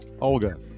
Olga